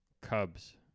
Cubs